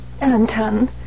Anton